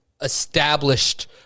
established